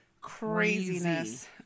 craziness